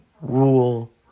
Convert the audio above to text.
rule